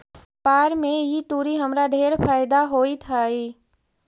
व्यापार में ई तुरी हमरा ढेर फयदा होइत हई